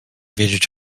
wiedzieć